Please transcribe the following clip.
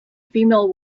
female